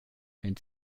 wenn